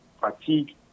fatigue